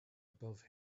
above